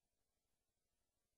סכום חסר תקדים בתוספות לרווחה.